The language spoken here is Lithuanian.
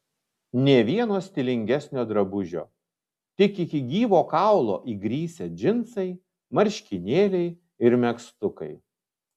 nė vieno stilingesnio drabužio tik iki gyvo kaulo įgrisę džinsai marškinėliai ir megztukai